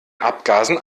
abgasen